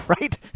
right